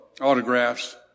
autographs